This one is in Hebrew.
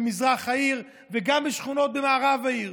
במזרח העיר וגם בשכונות במערב העיר.